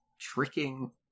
Tricking